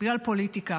בגלל פוליטיקה.